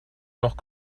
noch